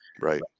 Right